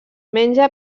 menja